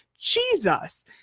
jesus